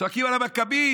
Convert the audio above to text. צועקים על המכבים.